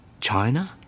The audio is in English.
China